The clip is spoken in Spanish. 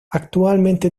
actualmente